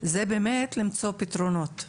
זה באמת למצוא פתרונות,